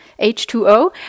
H2O